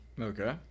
Okay